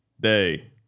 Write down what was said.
day